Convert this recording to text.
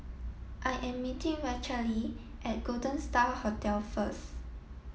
I am meeting Rachelle at Golden Star Hotel first